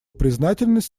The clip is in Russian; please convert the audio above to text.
признательность